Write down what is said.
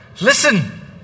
listen